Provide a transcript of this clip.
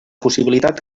possibilitat